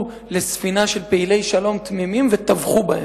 לספינה של פעילי שלום תמימים וטבחו בהם.